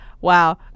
wow